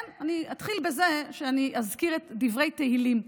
אני אתחיל בזה שאני אזכיר את דברי תהילים,